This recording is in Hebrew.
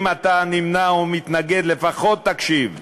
אם אתה נמנע או מתנגד, לפחות תקשיב,